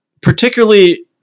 particularly